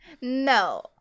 no